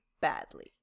badly